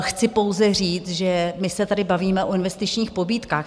Chci pouze říct, že se tady bavíme o investičních pobídkách.